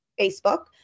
Facebook